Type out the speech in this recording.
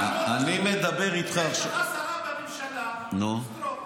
יש לך שרה בממשלה, סטרוק.